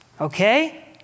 Okay